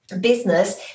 business